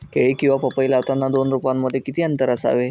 केळी किंवा पपई लावताना दोन रोपांमध्ये किती अंतर असावे?